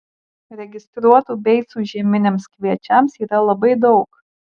registruotų beicų žieminiams kviečiams yra labai daug